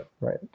right